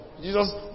Jesus